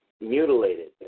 mutilated